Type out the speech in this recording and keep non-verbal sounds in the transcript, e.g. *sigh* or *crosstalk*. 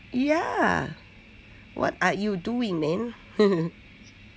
ya what are you doing man *laughs*